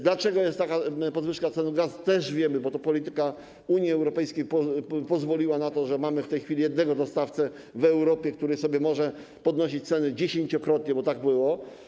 Dlaczego jest taka podwyżka cen gazów, też wiemy, bo polityka Unii Europejskiej pozwoliła na to, że mamy w tej chwili jednego dostawcę w Europie, który sobie może podnosić ceny dziesięciokrotnie, bo tak było.